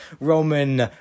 Roman